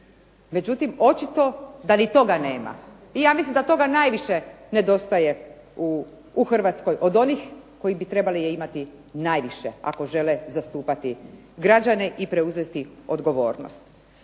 Međutim, očito da ni toga nema. Ja mislim da toga najviše nedostaje od onih koji bi trebali je imati najviše ako žele zastupati građane i preuzeti odgovornost.